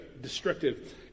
destructive